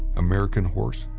american horse,